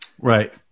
Right